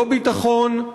לא ביטחון,